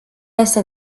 este